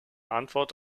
antwort